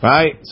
Right